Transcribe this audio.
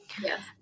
yes